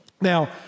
Now